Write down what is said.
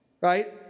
right